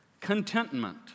contentment